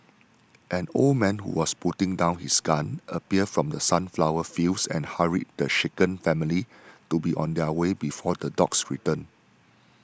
an old man who was putting down his gun appeared from the sunflower fields and hurried the shaken family to be on their way before the dogs return